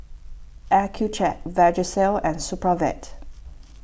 Accucheck Vagisil and Supravit